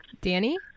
Danny